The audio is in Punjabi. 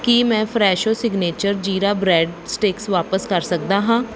ਕੀ ਮੈਂ Fresho signature jeera bread sticks ਵਾਪਸ ਕਰ ਸਕਦਾ ਹਾਂ